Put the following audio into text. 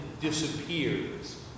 disappears